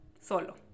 solo